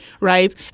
right